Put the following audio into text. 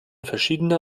verschiedene